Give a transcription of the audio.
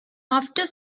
after